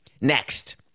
Next